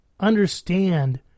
understand